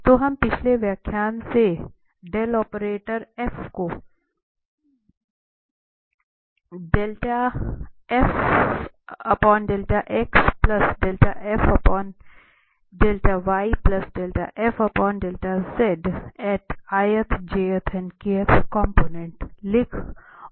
तो हम पिछले व्याख्यान से को लिख और समझ सकते है